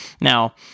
Now